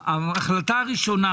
ההחלטה הראשונה